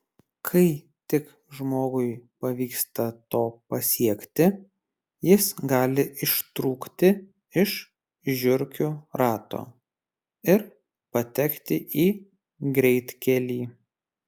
kai tik žmogui pavyksta to pasiekti jis gali ištrūkti iš žiurkių rato ir patekti į greitkelį